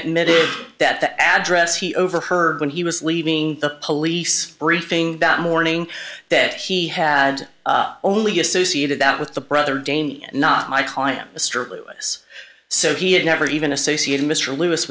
admitted that the address he overheard when he was leaving the police briefing that morning that he had only associated that with the brother dania not my client mr lewis so he had never even associated mr l